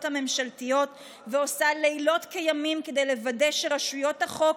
הממשלתיות ועושה לילות כימים כדי לוודא שרשויות החוק,